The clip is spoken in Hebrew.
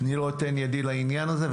אני לא אתן ידי לעניין הזה.